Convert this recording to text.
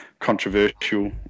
controversial